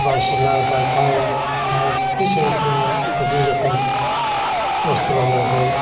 बाइसिला बाइथाल बायदिसिना रोखोमना बायदि रोखोम अस्ट्र नांगौ